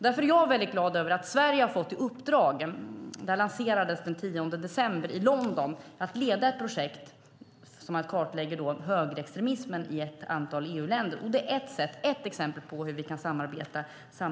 Därför är jag väldigt glad över att Sverige har fått i uppdrag - det lanserades den 10 december i London - att leda ett projekt där man kartlägger högerextremismen i ett antal EU-länder. Det är ett exempel på hur vi kan samarbeta mer.